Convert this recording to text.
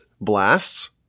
blasts